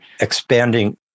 expanding